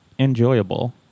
Enjoyable